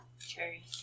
cherry